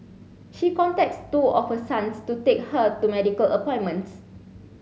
she contacts two of her sons to take her to medical appointments